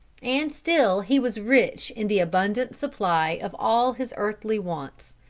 and still he was rich in the abundant supply of all his earthly wants.